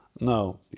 no